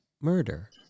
murder